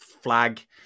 flag